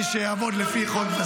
אני מדבר על הכפרים הלא-מוכרים בנגב,